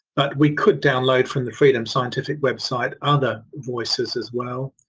but we could download from the freedom scientific website, other voices as well.